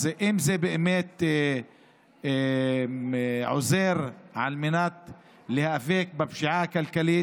אם זה באמת עוזר להיאבק בפשיעה הכלכלית,